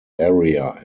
area